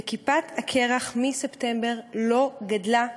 וכיפת הקרח לא גדלה מספטמבר בכלל.